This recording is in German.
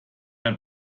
ein